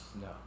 No